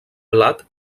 blat